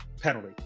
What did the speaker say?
penalty